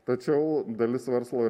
tačiau dalis verslo